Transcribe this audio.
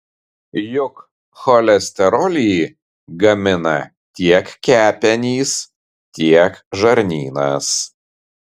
juk cholesterolį gamina tiek kepenys tiek žarnynas